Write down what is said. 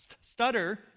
stutter